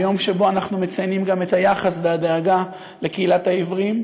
ביום שבו אנחנו מציינים גם את היחס והדאגה לקהילת העיוורים,